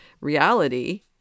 reality